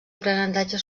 aprenentatge